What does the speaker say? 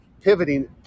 pivoting